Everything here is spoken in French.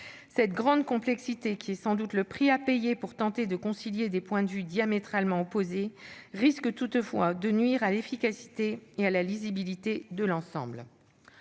Cette grande complexité est sans doute le prix à payer pour tenter de concilier des points de vue diamétralement opposés, mais elle risque de nuire à l'efficacité et à la lisibilité de l'ensemble.